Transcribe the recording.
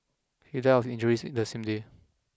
he died of injuries in the same day